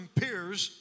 peers